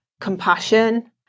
compassion